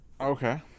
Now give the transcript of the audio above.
Okay